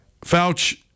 Fouch